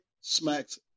smacks